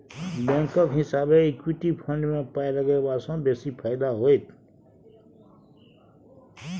बैंकक हिसाबैं equity fund मे पाय लगेबासँ बेसी फायदा होइत